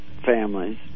families